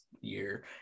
year